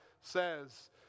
says